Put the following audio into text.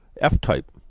F-Type